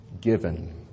given